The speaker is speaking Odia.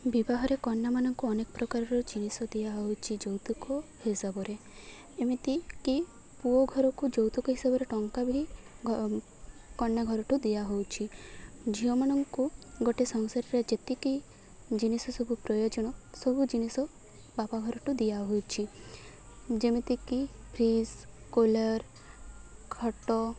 ବିବାହରେ କନ୍ୟାମାନଙ୍କୁ ଅନେକ ପ୍ରକାରର ଜିନିଷ ଦିଆହେଉଛି ଯୌତୁକ ହିସାବରେ ଏମିତିକି ପୁଅ ଘରକୁ ଯୌତୁକ ହିସାବରେ ଟଙ୍କା ବି କନ୍ୟାଘରଠୁ ଦିଆ ହେଉଛି ଝିଅମାନଙ୍କୁ ଗୋଟେ ସଂସାରରେ ଯେତିକି ଜିନିଷ ସବୁ ପ୍ରୟୋଜନ ସବୁ ଜିନିଷ ବାପାଘରଠୁ ଦିଆହେଉଛି ଯେମିତିକି ଫ୍ରିଜ୍ କୁଲର୍ ଖଟ